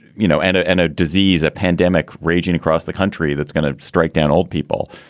you know, and and a disease, a pandemic raging across the country that's gonna strike down old people.